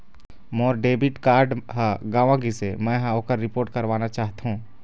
मोर debit card ह गंवा गिसे, मै ह ओकर रिपोर्ट करवाना चाहथों